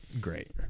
great